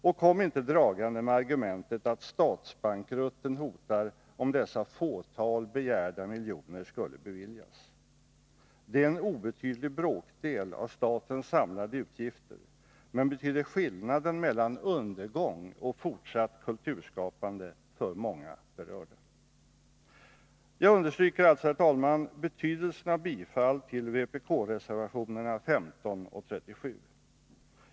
Och kom inte dragande med argumentet att statsbankrutten hotar, om de få begärda miljonerna skulle beviljas! Det är en obetydlig bråkdel av statens samlade utgifter, men betyder skillnaden mellan undergång och fortsatt kulturskapande för många berörda. Jag understryker alltså, herr talman, betydelsen av bifall till vpkreservationerna 15 och 37.